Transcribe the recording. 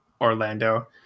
Orlando